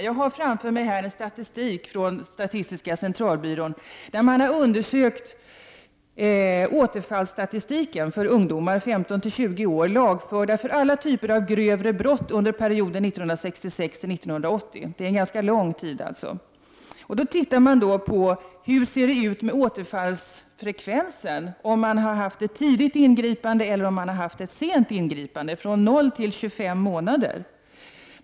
Jag har framför mig statistik från statistiska centralbyrån som gäller återfallsfrekvens för ungdomar mellan 15 och 20 år lagförda för alla typer av grövre brott under perioden 1960—-1980. Det är alltså en ganska lång tid. Man har studerat återfallsfrekvens vid tidigt ingripande resp. sent ingripande, från 0 till 25 månader.